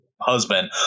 husband